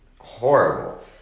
horrible